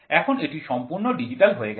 এখন এটি সম্পূর্ণ ডিজিটাল হয়ে গেছে